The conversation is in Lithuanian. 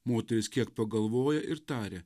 moteris kiek pagalvoja ir taria